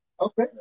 Okay